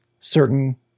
Certain